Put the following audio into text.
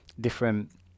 different